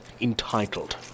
entitled